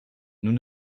nous